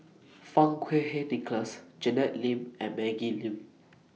Fang Kuo Wei Nicholas Janet Lim and Maggie Lim